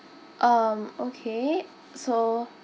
um okay so